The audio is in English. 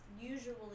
usually